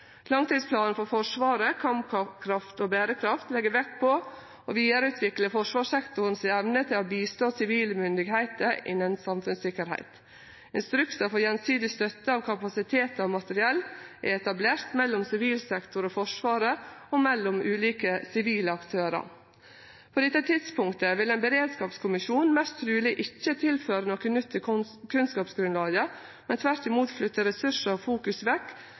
Langtidsplanen for Forsvaret, Kampkraft og bærekraft, legg vekt på å vidareutvikle forsvarssektoren si evne til å støtte sivile myndigheiter innanfor samfunnssikkerheit. Instruksar for gjensidig støtte av kapasitet og materiell er etablert mellom sivil sektor og Forsvaret, og mellom ulike sivile aktørar. På dette tidspunktet vil ein beredskapskommisjon mest truleg ikkje tilføre noko nytt til kunnskapsgrunnlaget, men tvert imot flytte ressursar og fokus vekk